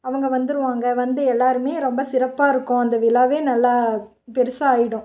அவங்க வந்துடுவாங்க வந்து எல்லோருமே ரொம்ப சிறப்பாக இருக்கும் அந்த விழாவே நல்லா பெருசாகிடும்